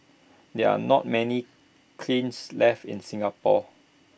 there are not many kilns left in Singapore